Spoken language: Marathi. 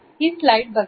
हीच स्लाईड बघा